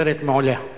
סופרת מעולה.